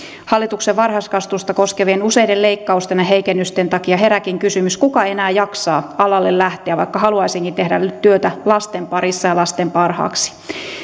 hallituksen varhaiskasvatusta koskevien useiden leikkausten ja heikennysten takia herääkin kysymys kuka enää jaksaa alalle lähteä vaikka haluaisikin tehdä työtä lasten parissa ja lasten parhaaksi